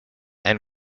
and